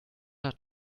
hat